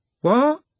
What